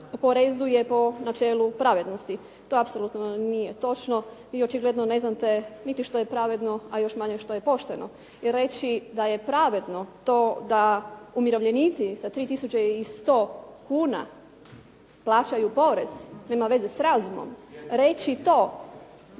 oporezuje po načelu pravednosti. To apsolutno nije netočno. Vi očigledno ne znate niti što je pravedno a još manje što je pošteno. Jer reći da je pravedno to da umirovljenici sa 3 tisuće i 100 kuna plaćaju porez nema veze s razumom. Reći to